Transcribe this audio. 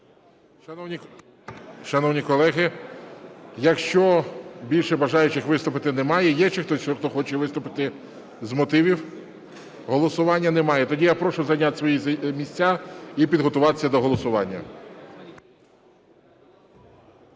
Шановні колеги, якщо більше бажаючих виступити немає, чи є ще хто, хто хоче виступити з мотивів голосування? Немає. Тоді я прошу зайняти свої місця і підготуватися до голосування.